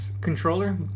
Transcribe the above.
controller